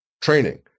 training